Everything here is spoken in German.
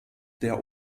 der